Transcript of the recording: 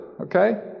Okay